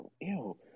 ew